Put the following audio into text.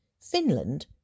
Finland